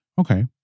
Okay